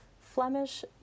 Flemish